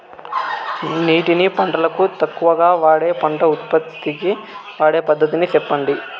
నీటిని పంటలకు తక్కువగా వాడే పంట ఉత్పత్తికి వాడే పద్ధతిని సెప్పండి?